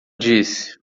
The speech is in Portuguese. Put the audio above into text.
disse